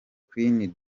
queen